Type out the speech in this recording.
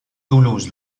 toulouse